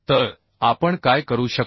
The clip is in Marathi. तर आपण काय करू शकतो